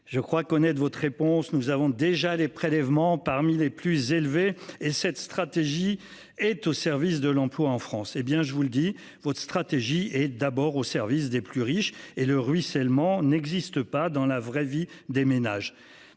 Je crois connaître votre réponse. Nous avons déjà les prélèvements parmi les plus élevés et cette stratégie est au service de l'emploi en France hé bien je vous le dis, votre stratégie et d'abord au service des plus riches et le ruissellement n'existe pas dans la vraie vie des ménages.